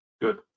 Good